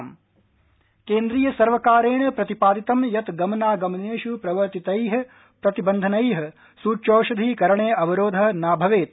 क्वि राज्य केन्द्रीय सर्वकारेण प्रतिपादितं यत् गमनागमनेष् प्रवर्तितैः प्रतिबन्धनैः सूच्यौषधीकरणे अवरोधः न भवेत्